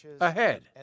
ahead